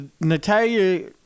Natalia